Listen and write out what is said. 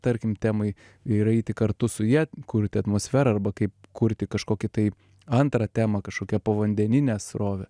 tarkim temai ir eiti kartu su ja kurti atmosferą arba kaip kurti kažkokį tai antrą temą kažkokią povandeninę srovę